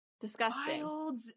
disgusting